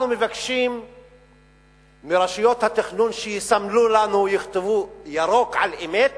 אנחנו מבקשים מרשויות התכנון שיסמנו לנו או יכתבו: ירוק על-אמת